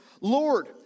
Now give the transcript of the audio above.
Lord